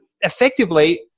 effectively